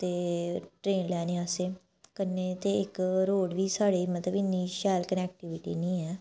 ते ट्रेन लैने आस्तै कन्नै ते इक रोड़ बी साढ़ी मतलब इन्नी शैल कनैक्टविटी नी ऐ